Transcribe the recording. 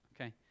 okay